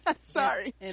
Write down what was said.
Sorry